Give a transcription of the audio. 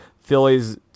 Phillies